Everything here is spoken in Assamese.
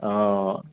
অঁ